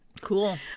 Cool